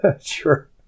sure